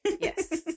Yes